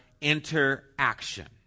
interaction